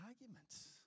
arguments